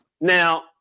now